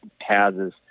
houses